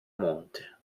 monte